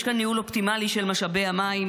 יש כאן ניהול אופטימלי של משאבי המים.